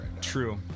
True